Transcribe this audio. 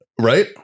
Right